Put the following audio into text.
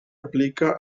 aplica